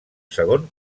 segon